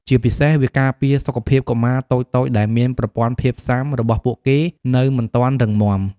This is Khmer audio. ជាពិសេស វាការពារសុខភាពកុមារតូចៗដែលមានប្រព័ន្ធភាពស៊ាំរបស់ពួកគេនៅមិនទាន់រឹងមាំ។